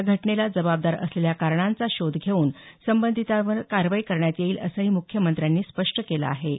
या घटनेला जबाबदार असलेल्या कारणांचा शोध घेऊन संबंधितांवर कारवाई करण्यात येईल असंही मुख्यमंत्र्यांनी स्पष्ट केलं आहे